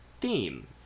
theme